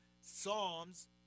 Psalms